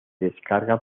descarga